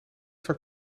vaak